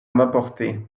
m’apporter